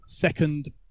second